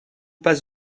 pas